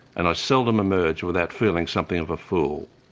and i seldom emerged without feeling something of a fool.